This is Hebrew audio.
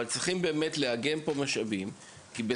אבל צריך לאגם משאבים כי אנחנו רוצים